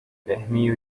fehmiu